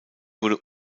wurde